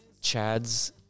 Chad's